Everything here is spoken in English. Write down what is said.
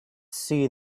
see